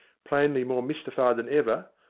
plainly more mysti fied than ever.